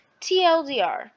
TLDR